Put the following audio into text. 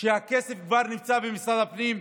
הכסף כבר נמצא במשרד הפנים.